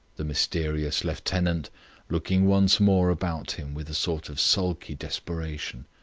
the mysterious lieutenant looking once more about him with a sort of sulky desperation.